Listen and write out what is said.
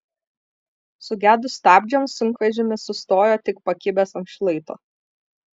sugedus stabdžiams sunkvežimis sustojo tik pakibęs ant šlaito